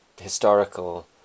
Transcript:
historical